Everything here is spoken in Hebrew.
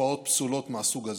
תופעות פסולות מהסוג הזה.